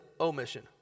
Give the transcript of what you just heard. omission